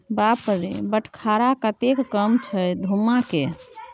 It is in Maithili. बाप रे बटखरा कतेक कम छै धुम्माके